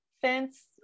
fence